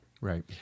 Right